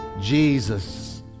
Jesus